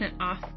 off